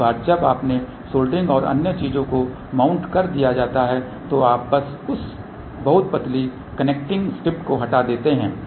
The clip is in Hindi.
एक बार जब आपने सोल्डरिंग और अन्य चीज़ों को माउंट कर दिया जाता है तो आप बस उस बहुत पतली कनेक्टिंग स्ट्रिप को हटा देते हैं